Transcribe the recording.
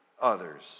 others